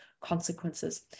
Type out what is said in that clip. consequences